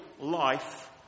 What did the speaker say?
life